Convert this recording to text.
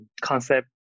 concept